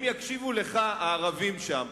אם יקשיבו לך הערבים שם,